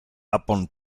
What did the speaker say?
upon